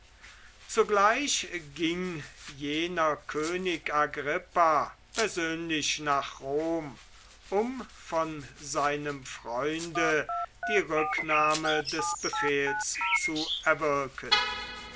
zugleich ging jener könig agrippa persönlich nach rom um von seinem freunde die rücknahme des befehls zu erwirken